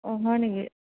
অঁ হয় নেকি